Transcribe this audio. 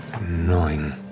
Annoying